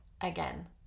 again